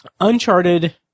Uncharted